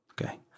Okay